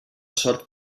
sort